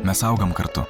mes augam kartu